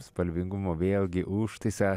spalvingumo vėlgi užtaisą